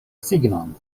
signon